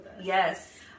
Yes